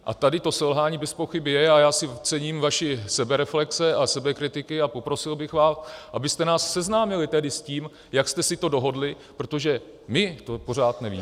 A tady to selhání bezpochyby je a já si cením vaší sebereflexe a sebekritiky a poprosil bych vás, abyste nás seznámili s tím, jak jste si to dohodli, protože my to pořád nevíme.